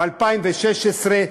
ב-2016,